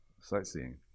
sightseeing